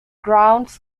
grounds